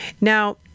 Now